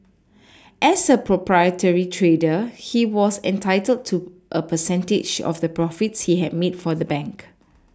as a proprietary trader he was entitled to a percentage of the profits he had made for the bank